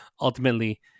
ultimately